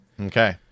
Okay